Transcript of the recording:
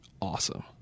awesome